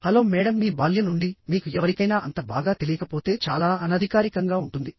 hello madam మీ బాల్యం నుండి మీకు ఎవరికైనా అంత బాగా తెలియకపోతే చాలా అనధికారికంగా ఉంటుంది